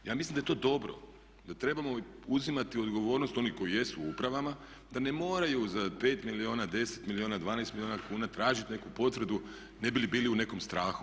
Ja mislim da je to dobro, da trebamo uzimati odgovornost onih koji jesu u upravama da ne moraju za 5 milijuna, 10 milijuna, 12 milijuna kuna tražiti neku potvrdu ne bi li bili u nekom strahu.